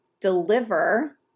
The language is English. deliver